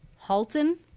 Halton